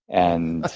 and